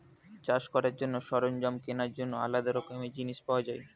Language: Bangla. চাষ করার জন্য সরঞ্জাম কেনার জন্য আলাদা রকমের জিনিস পাওয়া যায়